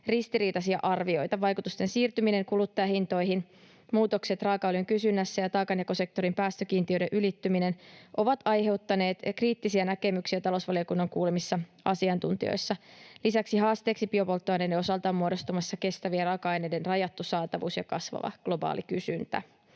ristiriitaisia arvioita. Vaikutusten siirtyminen kuluttajahintoihin, muutokset raakaöljyn kysynnässä ja taakanjakosektorin päästökiintiöiden ylittyminen ovat aiheuttaneet kriittisiä näkemyksiä talousvaliokunnan kuulemissa asiantuntijoissa. Lisäksi haasteeksi biopolttoaineiden osalta on muodostumassa kestävien raaka-aineiden rajattu saatavuus ja kasvava globaali kysyntä.